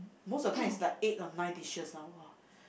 most of time is like eight or nine dishes lah !wah!